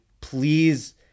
please